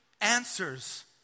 answers